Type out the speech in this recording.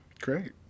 Great